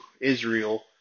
Israel